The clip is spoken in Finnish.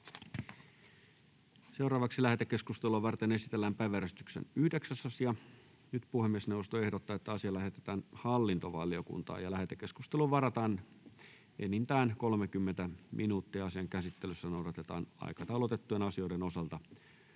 Content: Lähetekeskustelua varten esitellään päiväjärjestyksen 6. asia. Puhemiesneuvosto ehdottaa, että asia lähetetään ympäristövaliokuntaan. Lähetekeskusteluun varataan enintään 30 minuuttia. Asian käsittelyssä noudatetaan aikataulutettujen asioiden osalta